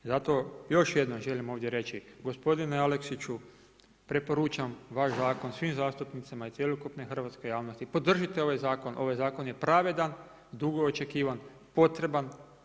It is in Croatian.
I zato još jednom želim ovdje reći, gospodine Aleksiću, preporučam vaš zakon svim zastupnicima i cjelokupne hrvatske javnosti, podržite ovaj zakon, ovaj zakon je pravedan i dugo očekivan, potreban.